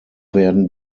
werden